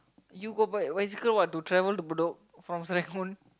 you got bike bicycle what to travel to Bedok from Serangoon